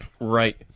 Right